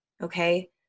Okay